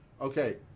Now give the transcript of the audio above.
Okay